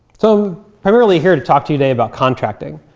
so i'm really here to talk to you today about contracting.